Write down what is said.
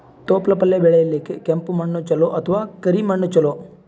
ತೊಪ್ಲಪಲ್ಯ ಬೆಳೆಯಲಿಕ ಕೆಂಪು ಮಣ್ಣು ಚಲೋ ಅಥವ ಕರಿ ಮಣ್ಣು ಚಲೋ?